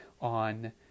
on